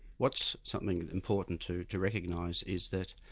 what's something important to to recognise is that